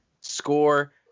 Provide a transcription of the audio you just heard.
Score